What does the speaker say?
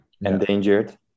Endangered